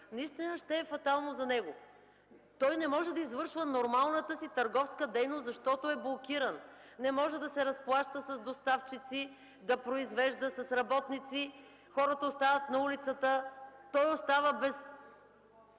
инстанции, ще е фатално за него. Той не може да извършва нормалната си търговска дейност, защото е блокиран. Не може да се разплаща с доставчици, да произвежда с работници, хората остават на улицата. Той остава без